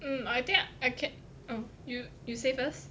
hmm I think I can oh you you say first